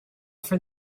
for